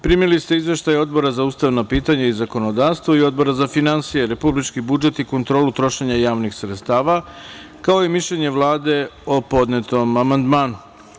Primili ste izveštaj Odbora za ustavna pitanja i zakonodavstvo i Odbora za finansije, republički budžet i kontrolu trošenja javnih sredstava, kao i mišljenje Vlade o podnetom amandmanom.